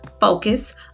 focus